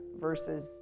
versus